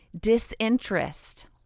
disinterest